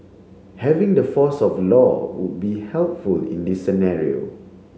having the force of law would be helpful in this scenario